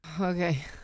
Okay